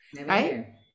right